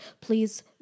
please